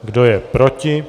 Kdo je proti?